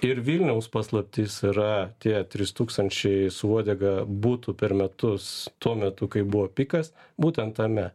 ir vilniaus paslaptis yra tie trys tūkstančiai su uodega būtų per metus tuo metu kai buvo pikas būtent tame